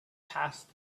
passed